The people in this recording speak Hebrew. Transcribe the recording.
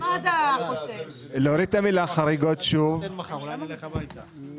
להוריד את המילה "חריגות" בסעיף,